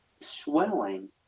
swelling